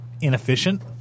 inefficient